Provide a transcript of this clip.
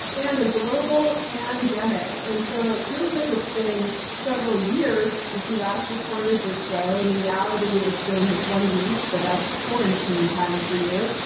and a global pandemic. and so, it feels like it's been several years since we last recorded the show. in reality, it's been one week. but that's quarantine time for you.